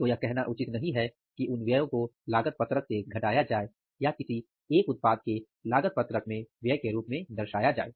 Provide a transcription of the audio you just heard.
तो यह कहना उचित नहीं है कि उन व्ययों को लागत पत्रक से घटाया जाए या किसी एक उत्पाद के लागत पत्रक में व्यय के रूप में दिखाया जाए